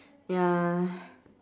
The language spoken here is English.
ya